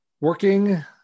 working